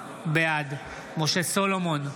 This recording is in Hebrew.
בעד משה סולומון,